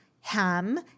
Ham